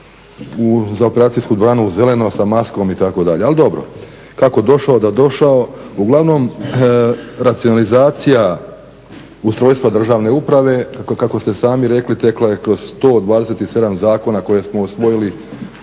za operacijsku dvoranu u zeleno sa maskom itd.. Ali dobro, kako došao da došao, uglavnom, racionalizacija ustrojstva državne uprave kako ste sami rekli teklo je kroz 127 zakona koje smo usvojili